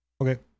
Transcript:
Okay